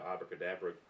Abracadabra